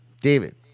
David